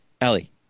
Ellie